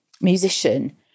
musician